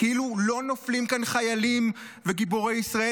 כאילו לא נופלים כאן חיילים וגיבורי ישראל,